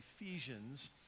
Ephesians